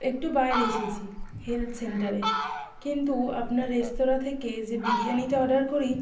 একটু বাইরে এসেছি হেল্থ সেন্টারে কিন্তু আপনার রেস্তোরাঁ থেকে যে বিরিয়ানিটা অর্ডার করি